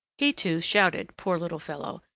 he, too, shouted, poor little fellow,